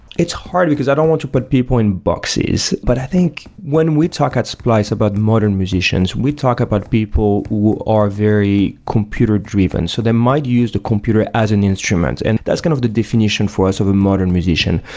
it's hard, because i don't want to put people in boxes. but i think when we talk at splice about modern musicians, we talk about people who are very computer-driven. so they might use the computer as an instrument, and that's kind of the definition for us of a modern musician.